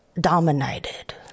dominated